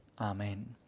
Amen